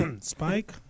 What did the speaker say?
Spike